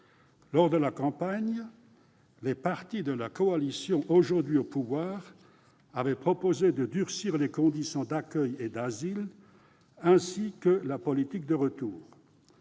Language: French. Lors de la campagne, les partis de la coalition aujourd'hui au pouvoir avaient proposé de durcir les conditions d'accueil et d'asile, ainsi que la politique de retour.